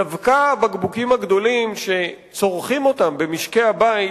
דווקא הבקבוקים הגדולים, שצורכים אותם במשקי הבית,